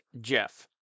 Jeff